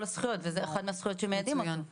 הזכויות וזו אחת מהזכויות שאנחנו מיידעים אותו בהן.